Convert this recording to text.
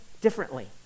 differently